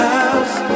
House